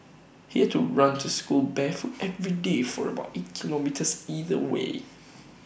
he had to run to school barefoot every day for about eight kilometres either way